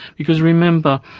because remember,